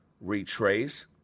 retrace